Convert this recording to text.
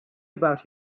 about